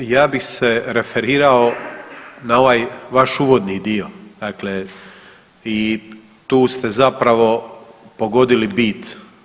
Dakle, ja bi se referirao na ovaj Vaš uvodni dio dakle i tu ste zapravo pogodili bit.